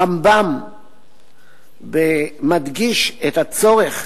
הרמב"ם מדגיש את הצורך